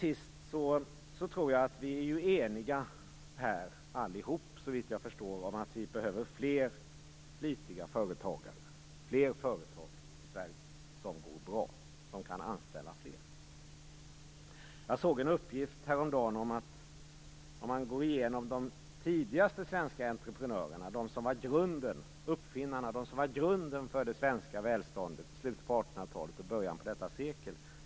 Såvitt jag förstår är vi alla eniga om att vi behöver fler flitiga företagare i Sverige som det går bra för och som kan anställa fler. Jag såg en uppgift häromdagen vid en genomgång av de tidiga svenska entreprenörerna, de som var grunden - uppfinnarna - för det svenska välståndet i slutet av 1800-talet och början av detta sekel.